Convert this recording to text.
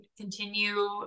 continue